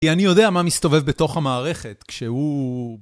כי אני יודע מה מסתובב בתוך המערכת כשהוא...